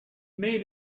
maybe